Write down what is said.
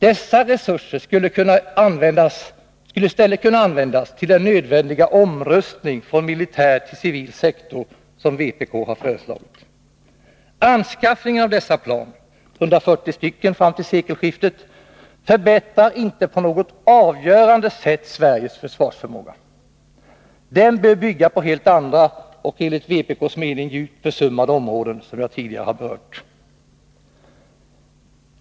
Dessa resurser skulle i stället kunna användas till den nödvändiga omrustning från militär till civil sektor som vpk har föreslagit. Anskaffningen av dessa plan, 140 st. fram till sekelskiftet, förbättrar inte på något avgörande sätt Sveriges försvarsförmåga. Den bör bygga på helt andra och enligt vpk:s mening djupt försummade områden, som jag tidigare har berört.